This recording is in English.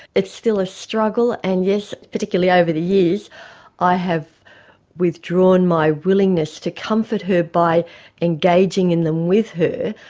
it's still a struggle and, yes, particularly over the years i have withdrawn my willingness to comfort her by engaging in them with her.